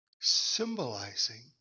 symbolizing